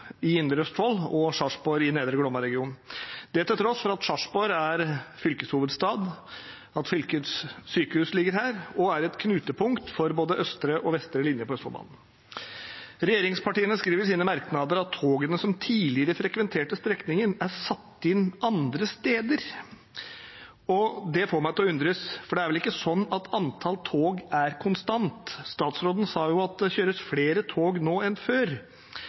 i indre Østfold og Sarpsborg i nedre Glomma-regionen – det til tross for at Sarpsborg er fylkeshovedstad, at fylkets sykehus ligger her, og at det er et knutepunkt for både østre og vestre linje på Østfoldbanen. Regjeringspartiene skriver i sine merknader at togene «som tidligere har frekventert strekningen, er satt inn andre steder». Det får meg til å undres, for det er vel ikke sånn at antall tog er konstant. Statsråden sa jo at det kjøres flere tog nå enn før.